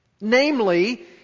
Namely